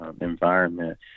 environment